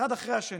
אחד אחרי השני,